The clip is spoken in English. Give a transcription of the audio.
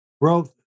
growth